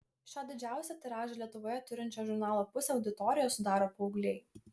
šio didžiausią tiražą lietuvoje turinčio žurnalo pusę auditorijos sudaro paaugliai